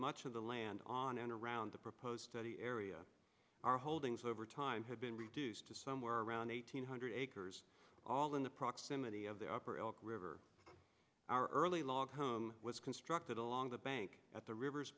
much of the land on and around the proposed study area our holdings over time had been reduced to somewhere around eight hundred acres all in the proximity of the upper elk river our early log home was constructed along the bank at the river